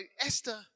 Esther